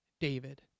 David